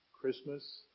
Christmas